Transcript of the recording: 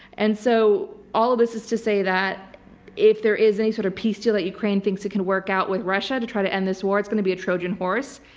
and so all of this is to say that if there is any sort of peace deal that ukraine thinks it can work out with russia to try to end this war, it's going to be a trojan horse,